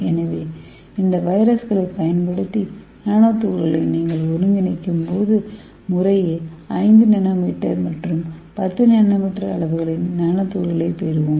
எனவே இந்த வைரஸ்களைப் பயன்படுத்தி நானோ துகள்களை நீங்கள் ஒருங்கிணைக்கும்போது முறையே 5 என்எம் மற்றும் 10 என்எம் அளவுகளின் நானோ துகள்களைப் பெறுவோம்